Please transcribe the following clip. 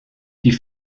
die